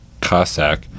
Cossack